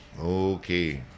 Okay